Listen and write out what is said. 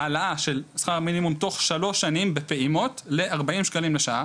העלאה של שכר המינימום תוך שלוש שנים בפעימות לארבעים שקלים לשעה,